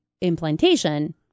implantation